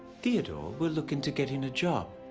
theodore will look into getting a job.